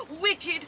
wicked